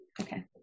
Okay